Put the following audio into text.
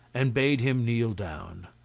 and bade him kneel down.